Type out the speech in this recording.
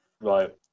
right